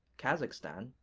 kazakhstan,